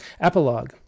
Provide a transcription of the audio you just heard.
Epilogue